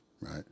right